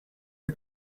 the